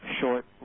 short